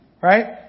right